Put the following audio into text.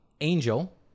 Angel